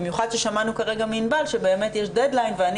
במיוחד ששמענו כרגע מענבל שבאמת יש דד ליין ואני